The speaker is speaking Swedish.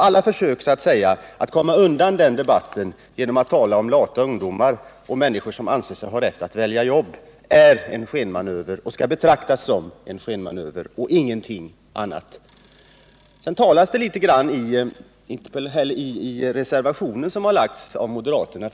Alla försök att komma undan den debatten genomatt tala om lata ungdomar och människor som anser sig ha rätt att välja jobb är en skenmanöver och skall betraktas som en sådan och ingenting annat. Vidare talas det litet allmänt i moderaternas reservation.